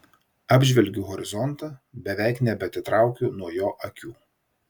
apžvelgiu horizontą beveik nebeatitraukiu nuo jo akių